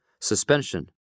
suspension